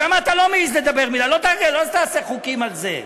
שם אתה לא מעז לדבר, לא תעשה חוקים על זה.